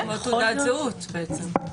זאת תעודת הזהות בעצם.